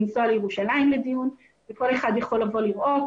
לנסוע לירושלים לדיון וכל אחד יכול לבוא ולראות